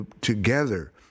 together